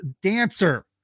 dancer